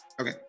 Okay